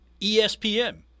ESPN